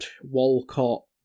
Walcott